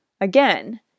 again